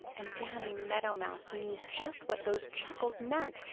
and danny meadow mouse knew just what those chuckles meant.